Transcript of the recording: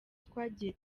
twagiye